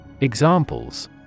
Examples